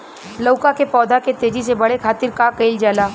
लउका के पौधा के तेजी से बढ़े खातीर का कइल जाला?